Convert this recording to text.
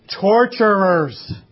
torturers